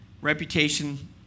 reputation